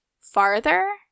farther